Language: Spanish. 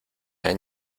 han